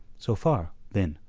so far, then,